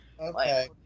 Okay